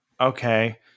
okay